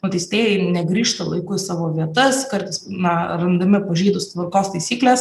nuteistieji negrįžta laiku į savo vietas kartais na randami pažeidus tvarkos taisykles